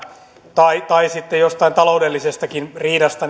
tai tai sitten jostain taloudellisestakin riidasta